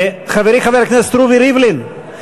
חברי חבר הכנסת רובי ריבלין,